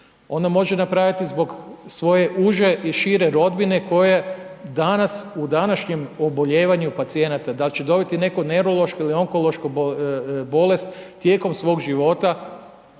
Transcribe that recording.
onda može napraviti zbog svoje uže i šire rodbine koje danas u današnjem obolijevanju pacijenata, dal' će dobiti neko neurološko ili onkološko bolest tijekom svog života